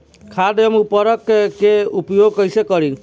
खाद व उर्वरक के उपयोग कईसे करी?